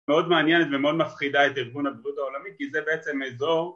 מאוד מעניינת ומאוד מפחידה את ארגון הבריאות העולמי, כי זה בעצם אזור